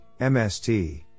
MST